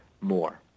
more